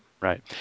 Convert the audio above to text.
right